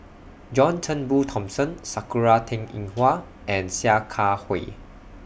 John Turnbull Thomson Sakura Teng Ying Hua and Sia Kah Hui